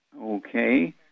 Okay